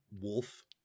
wolf